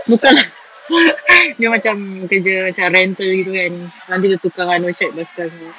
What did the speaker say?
bukan lah dia macam kerja macam renter gitu kan nanti dia tukang anu check basikal tu